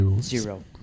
Zero